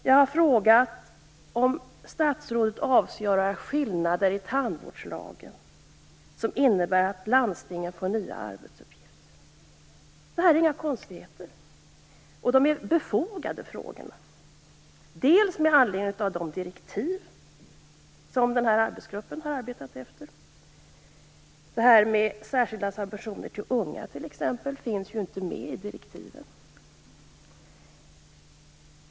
Jag har frågat om statsrådet avser att göra skillnader i tandvårdslagen som innebär att landstingen får nya arbetsuppgifter. Det här är inget konstigt. Frågorna är befogade med anledning av de direktiv som arbetsgruppen har arbetat efter. Detta med särskilda subventioner till unga t.ex. finns inte med i direktiven.